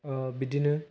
बिदिनो